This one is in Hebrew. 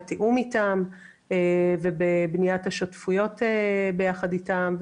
אנחנו בתיאום איתם ובבניית השותפויות יחד איתם.